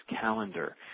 calendar